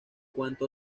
cuanto